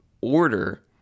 order